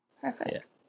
Perfect